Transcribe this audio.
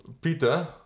peter